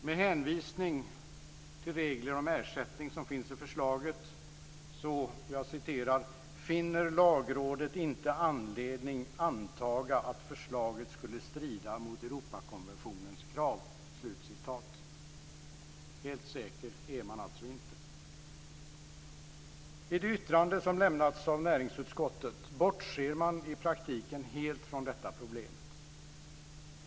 Med hänvisning till regler om ersättning som finns i förslaget så "finner Lagrådet inte anledning antaga att förslaget skulle strida mot Europakonventionens krav". Helt säker är man alltså inte. I det yttrande som lämnats av näringsutskottet bortser man i praktiken helt från detta problem.